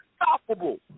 unstoppable